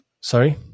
sorry